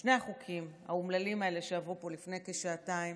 שני החוקים האומללים האלה שעברו פה לפני כשעתיים,